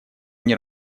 они